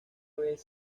vez